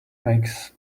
makes